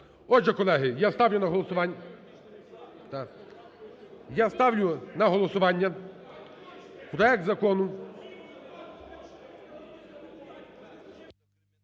Отже, колеги, я ставлю на голосування проект Закону…